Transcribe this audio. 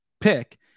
pick